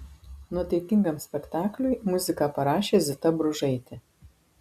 nuotaikingam spektakliui muziką parašė zita bružaitė